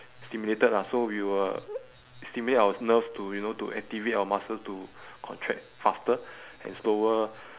stimulated lah so we will stimulate our nerves to you know to activate our muscles to contract faster and slower